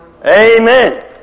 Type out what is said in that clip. Amen